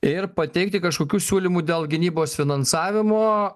ir pateikti kažkokių siūlymų dėl gynybos finansavimo